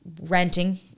renting